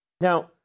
Now